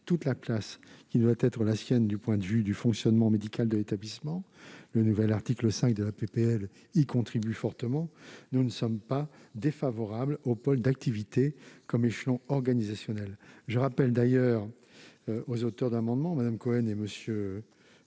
toute la place qui doit être la sienne du point de vue du fonctionnement médical de l'établissement- le nouvel article 5 de la proposition de loi y contribue fortement -, nous ne sommes pas défavorables au pôle d'activité comme échelon organisationnel. Je rappelle d'ailleurs aux auteurs de ces amendements, Mme Cohen et M.